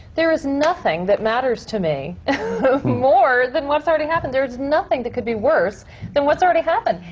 there is nothing that matters to me more than what's already happened. there is nothing that could be worse than what's already happened.